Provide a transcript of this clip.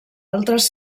altres